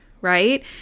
right